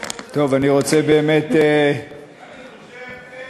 טוב, אז אני רוצה באמת, תן להם